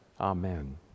Amen